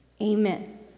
Amen